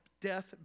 death